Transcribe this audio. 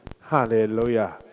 Hallelujah